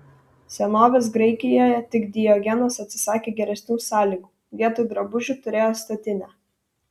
senovės graikijoje tik diogenas atsisakė geresnių sąlygų vietoj drabužių turėjo statinę